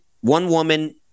one-woman